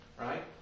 Right